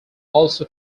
also